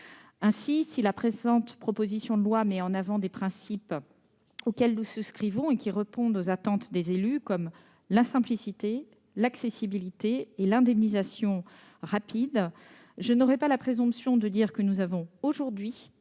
Si la présente proposition de loi met en avant des principes auxquels nous souscrivons et qui répondent aux attentes des élus, comme la simplicité, l'accessibilité et l'indemnisation rapide, je n'aurai pas la présomption de dire que nous disposons aujourd'hui